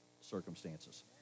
circumstances